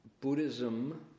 Buddhism